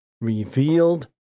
revealed